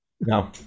No